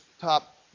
top